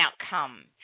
outcome